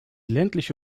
ländliche